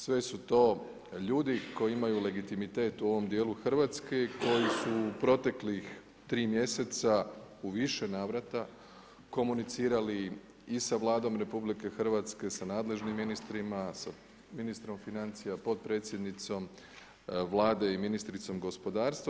Sve su to ljudi koji imaju legitimitet u ovom dijelu Hrvatske i koji su proteklih 3 mjeseca u više navrata komunicirali i sa Vladom RH, sa nadležnim ministrima, sa ministrom financija, potpredsjednicom Vlade i ministricom gospodarstva.